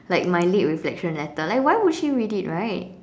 like my lit reflection letter like why would she read it right